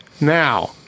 Now